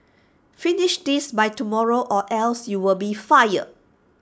finish this by tomorrow or else you'll be fired